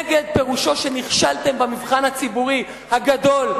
נגד פירושו שנכשלתם במבחן הציבורי הגדול,